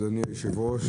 אדוני היושב-ראש,